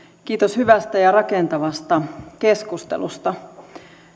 kiitos hyvästä ja rakentavasta keskustelusta